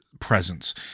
presence